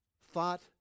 thought